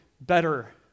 better